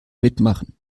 mitmachen